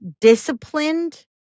disciplined